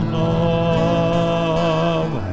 love